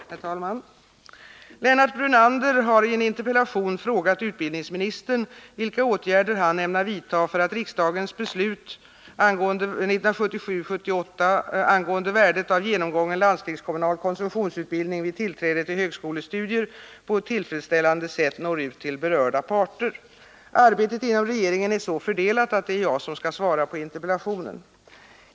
Herr talman! Lennart Brunander har i en interpellation frågat utbildningsministern vilka åtgärder han ämnar vidta för att riksdagens beslut angående värdet av genomgången landstingskommunal konsumtionsutbildning vid tillträde till högskolestudier på ett tillfredsställande sätt når ut till berörda parter. Arbetet inom regeringen är så fördelat att det är jag som skall svara på interpellationen.